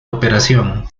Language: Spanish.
operación